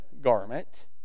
garment